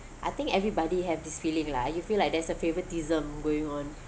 I think everybody have this feeling lah you feel like there's a favoritism going on